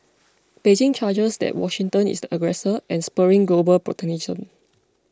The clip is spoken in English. Beijing charges that Washington is the aggressor and spurring global protectionism